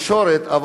אבל